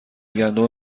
گندم